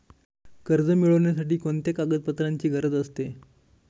कर्ज मिळविण्यासाठी कोणत्या कागदपत्रांची गरज असते?